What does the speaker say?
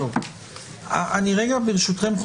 ברשותכם,